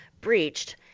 breached